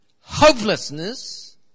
hopelessness